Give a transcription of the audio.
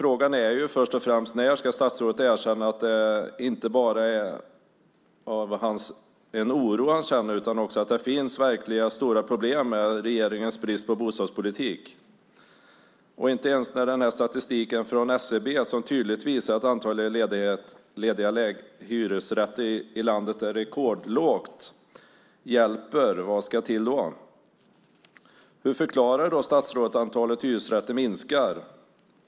Frågan är först och främst: När ska statsrådet erkänna att han inte bara känner oro utan att det också finns verkliga, stora problem med regeringens brist på bostadspolitik? När inte ens statistiken från SCB som tydligt visar att antalet lediga hyresrätter i landet är rekordlågt hjälper - vad ska till då? Hur förklarar då statsrådet att antalet hyresrätter minskar?